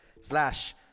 slash